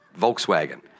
Volkswagen